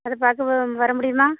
அது பார்க்க வர முடியுமா